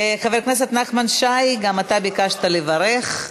חבר הכנסת נחמן שי, גם אתה ביקשת לברך,